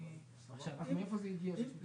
אני מדבר בשם הוועדה, אז מיצינו.